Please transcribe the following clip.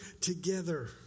together